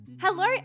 Hello